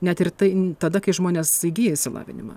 net ir tai tada kai žmonės įgija išsilavinimą